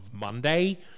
Monday